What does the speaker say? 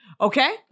Okay